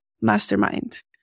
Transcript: mastermind